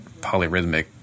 polyrhythmic